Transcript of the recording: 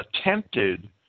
attempted